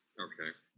okay,